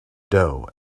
dough